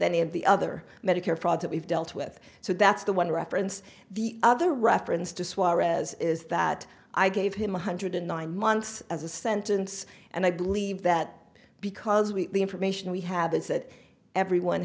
any of the other medicare fraud that we've dealt with so that's the one reference the other reference to suarez is that i gave him one hundred nine months as a sentence and i believe that because we information we have is that everyone